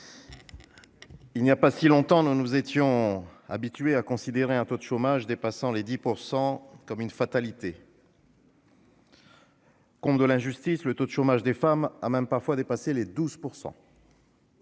il n'y a pas si longtemps, nous nous étions habitués à considérer un taux de chômage dépassant les 10 % comme une fatalité. Comble de l'injustice, le taux de chômage des femmes a même parfois dépassé les 12 %.